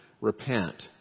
repent